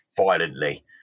violently